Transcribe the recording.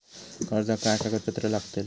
कर्जाक काय कागदपत्र लागतली?